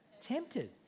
Tempted